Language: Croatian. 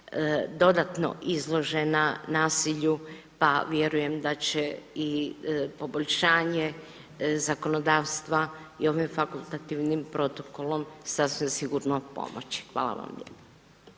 dodatno izložena nasilju, pa vjerujem da će i poboljšanje zakonodavstva i ovim fakultativnim protokolom sasvim sigurno pomoći. Hvala vam